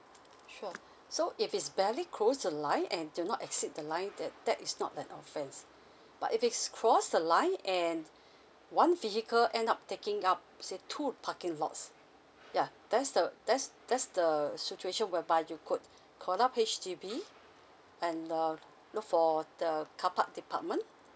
sure so if it's barely cross the line and do not exceed the line that that is not an offense but if it's cross the line and one vehicle end up taking up say parking lots yeah that's the that's that's the situation whereby you could call up H_D_B and uh look for the car park department